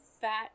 fat